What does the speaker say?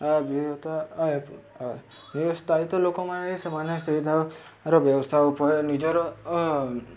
ଅଭିଜ୍ଞତା ସ୍ଥାୟୀତ୍ୱ ଲୋକମାନେ ସେମାନେ ସ୍ଥାୟୀତ୍ୱର ବ୍ୟବସ୍ଥା ଉପରେ ନିଜର